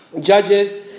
Judges